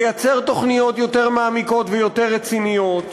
לייצר תוכניות יותר מעמיקות ויותר רציניות,